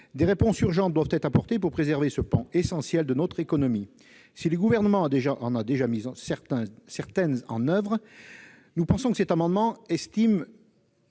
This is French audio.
Des réponses doivent être apportées d'urgence pour préserver ce pan essentiel de notre économie. Si le Gouvernement en a déjà mis certaines en oeuvre, les auteurs de cet amendement estiment